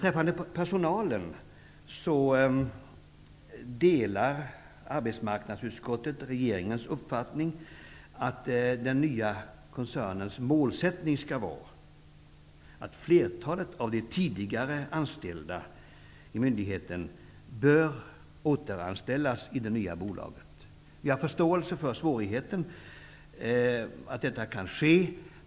Arbetsmarknadsutskottet delar regeringens uppfattning om att den nya koncernens målsättning skall vara att flertalet av de tidigare anställda inom myndigheten bör återanställas i det nya bolaget.